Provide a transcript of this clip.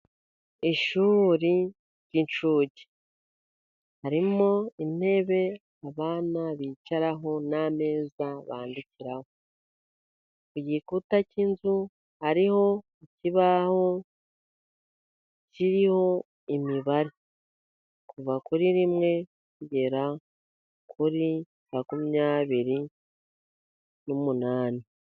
Ishuri ry'incuke harimo intebe abana bicaraho n' ameza bandikiraho. Igikuta cy'inzu hariho ikibaho kiriho imibare, kuva kuri rimwe kugera kuri makumyabiri n'umunani.